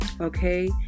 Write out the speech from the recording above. okay